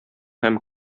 һәм